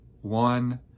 one